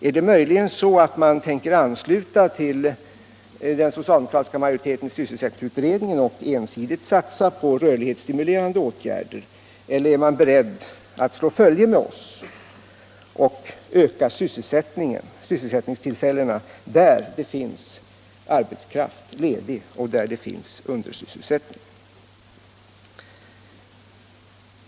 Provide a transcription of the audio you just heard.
Är det möjligen så att man tänker ansluta sig till den socialdemokratiska majoriteten i sysselsättningsutredningen och ensidigt satsa på rörlighetsstimulerande åtgärder? Eller är man beredd att slå följe med oss och öka sysselsättningstillfällena där det finns arbetskraft ledig och där det finns undersysselsättning?